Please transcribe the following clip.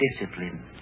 Discipline